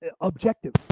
objective